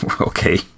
okay